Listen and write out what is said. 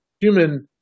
human